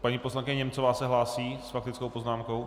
Paní poslankyně Němcová se hlásí s faktickou poznámkou?